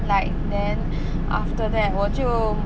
like then after that 我就